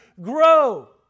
grow